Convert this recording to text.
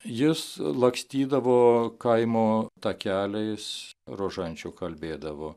jis lakstydavo kaimo takeliais rožančių kalbėdavo